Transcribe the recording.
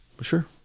Sure